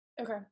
Okay